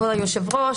כבוד היושב-ראש,